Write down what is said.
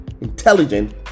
Intelligent